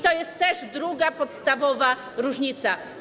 To jest druga podstawowa różnica.